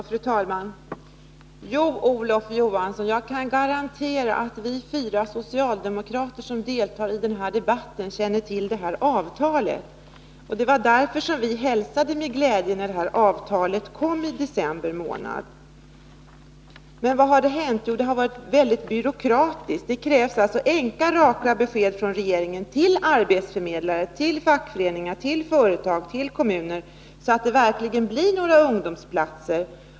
Fru talman! Jo, Olof Johansson, jag kan garantera att vi fyra socialdemokrater som deltar i den här debatten känner till avtalet. Vi hälsade avtalet med glädje när det kom till i december månad, men vad har hänt? Det har varit väldigt byråkratiskt. Det krävs enkla raka besked från regeringen till arbetsförmedlingar, till fackföreningar, till företag och till kommuner så att det verkligen blir några ungdomsplatser.